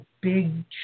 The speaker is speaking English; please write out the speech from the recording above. big